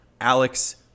Alex